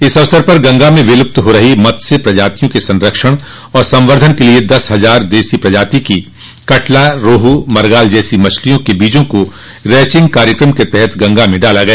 इस अवसर पर गंगा में विलूप्त हो रही मत्स्य प्रजातियों के संरक्षण और संवद्धन के लिए दस हजार देसी प्रजाति की कटला रोहू मरगाल जैसी मछलियों के बीजों को रैचिंग कार्यकम के तहत गंगा में डाला गया